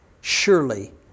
surely